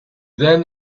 then